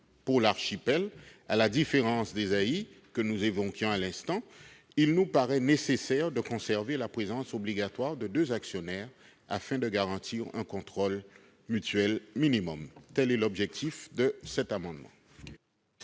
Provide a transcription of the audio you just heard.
pour l'archipel, à la différence des AAI que nous évoquions à l'instant, il nous paraît nécessaire de conserver la présence obligatoire de deux actionnaires afin de garantir un contrôle mutuel minimum. Tel est l'objectif de cet amendement.